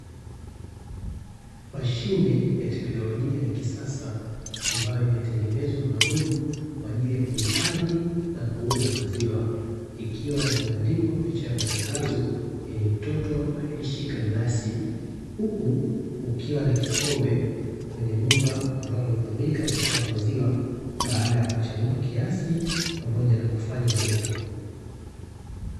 Mashine ya teknolojia ya kisasa, ambayo imetengenezwa maalumu kwa ajili ya kuhifadhi na kuuza maziwa, ikiwa imebandikwa picha ya matangazo yenye mtoto aliyeshika glasi, huku kukiwa na kikombe kwenye bomba ambalo hutumika kutoa maziwa baada ya kuchagua kiasi pamoja na kufanya malipo.